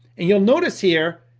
and you'll notice here,